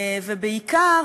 ובעיקר,